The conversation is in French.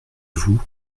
vous